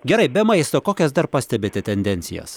gerai be maisto kokias dar pastebite tendencijas